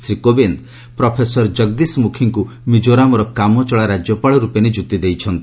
Shri Kovind professor Jagdish ମୁଖୀଙ୍କୁ ମିଜୋରାମର କାମଚଳା ରାଜ୍ୟପାଳ ରୂପେ ନିଯୁକ୍ତି ଦେଇଛନ୍ତି